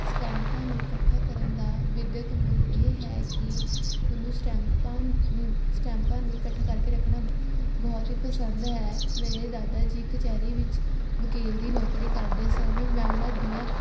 ਸਟੈਂਪਾਂ ਨੂੰ ਇਕੱਠਾ ਕਰਨ ਦਾ ਵਿੱਦਿਅਕ ਮੁੱਲ ਇਹ ਹੈ ਕਿ ਮੈਨੂੰ ਸਟੈਂਪਾਂ ਨ ਸਟੈਂਪਾਂ ਨੂੰ ਇਕੱਠਾ ਕਰਕੇ ਰੱਖਣਾ ਬਹੁਤ ਹੀ ਪਸੰਦ ਹੈ ਮੇਰੇ ਦਾਦਾ ਜੀ ਕਚਹਿਰੀ ਵਿੱਚ ਵਕੀਲ ਦੀ ਨੌਕਰੀ ਕਰਦੇ ਸਨ ਮੈਂ ਉਨ੍ਹਾਂ ਦੀਆਂ